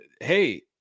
hey